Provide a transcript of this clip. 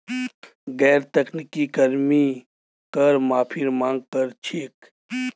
गैर तकनीकी कर्मी कर माफीर मांग कर छेक